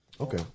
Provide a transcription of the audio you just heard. Okay